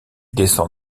descend